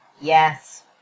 yes